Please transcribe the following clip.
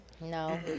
no